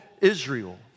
Israel